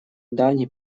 давний